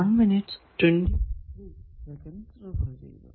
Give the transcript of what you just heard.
എന്നിങ്ങനെയാണ്